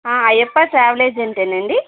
Ayyappa travel ఏజెంటేనండీ